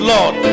Lord